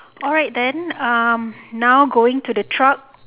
alright then uh now going to the truck